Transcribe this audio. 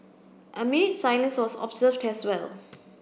a minute's silence was observed as well